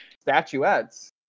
statuettes